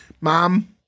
mom